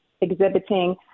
exhibiting